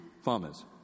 farmers